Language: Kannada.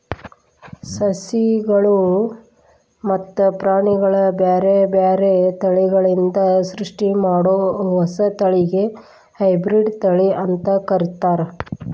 ಸಸಿಗಳು ಮತ್ತ ಪ್ರಾಣಿಗಳ ಬ್ಯಾರ್ಬ್ಯಾರೇ ತಳಿಗಳಿಂದ ಸೃಷ್ಟಿಮಾಡೋ ಹೊಸ ತಳಿಗೆ ಹೈಬ್ರಿಡ್ ತಳಿ ಅಂತ ಕರೇತಾರ